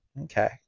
okay